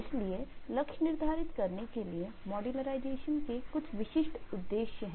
इसलिए लक्ष्य निर्धारित करने के लिए मॉड्यूर्लाइज़ेशन के कुछ विशिष्ट उद्देश्य हैं